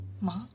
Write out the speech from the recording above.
Ma